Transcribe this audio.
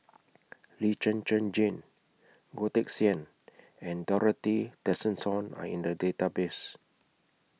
Lee Zhen Zhen Jane Goh Teck Sian and Dorothy Tessensohn Are in The Database